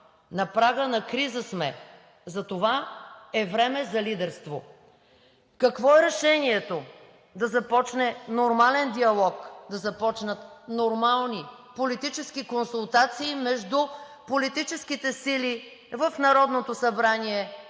На прага на криза сме, затова е време за лидерство. Какво е решението? Да започне нормален диалог, да започнат нормални политически консултации между политическите сили в Народното събрание,